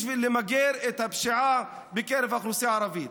בשביל למגר את הפשיעה בקרב האוכלוסייה הערבית.